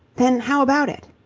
then how about it?